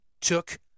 took